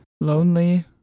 lonely